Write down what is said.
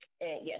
Yes